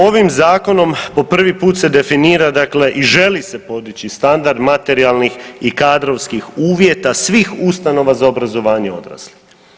Ovim zakonom po prvi put se definira, dakle i želi se podići standard materijalnih i kadrovskih uvjeta svih ustanova za obrazovanje odraslih.